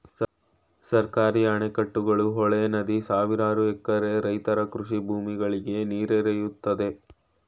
ಸರ್ಕಾರಿ ಅಣೆಕಟ್ಟುಗಳು, ಹೊಳೆ, ನದಿ ಸಾವಿರಾರು ಎಕರೆ ರೈತರ ಕೃಷಿ ಭೂಮಿಗಳಿಗೆ ನೀರೆರೆಯುತ್ತದೆ